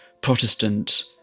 Protestant